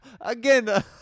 Again